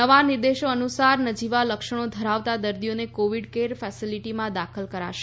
નવા નિર્દેશો અનુસાર નજીવા લક્ષણો ધરાવતા દર્દીઓને કોવિડ કેર ફેસિલિટીમાં દાખલ કરાશે